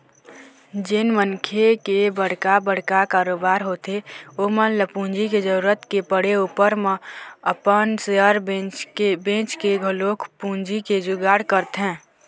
जेन मनखे के बड़का बड़का कारोबार होथे ओमन ल पूंजी के जरुरत के पड़े ऊपर म अपन सेयर बेंचके घलोक पूंजी के जुगाड़ करथे